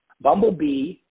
bumblebee